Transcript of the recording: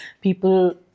people